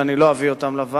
כדי שלא אביא לוועדה.